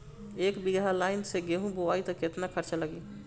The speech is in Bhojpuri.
एक बीगहा लाईन से गेहूं बोआई में केतना खर्चा लागी?